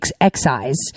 Excise